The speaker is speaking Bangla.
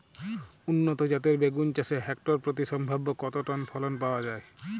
উন্নত জাতের বেগুন চাষে হেক্টর প্রতি সম্ভাব্য কত টন ফলন পাওয়া যায়?